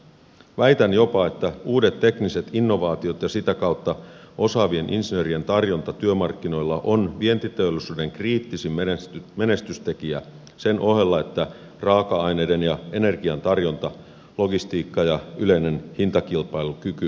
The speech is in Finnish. väitän jopa että uudet tekniset innovaatiot ja sitä kautta osaavien insinöörien tarjonta työmarkkinoilla on vientiteollisuuden kriittisin menestystekijä sen ohella että raaka aineiden ja energian tarjonta logistiikka ja yleinen hintakilpailukyky ovat kunnossa